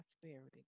prosperity